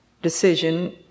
Decision